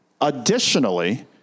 Additionally